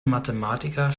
mathematiker